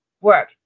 work